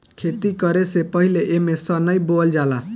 खेती करे से पहिले एमे सनइ बोअल जाला